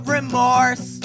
remorse